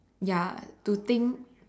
ya to think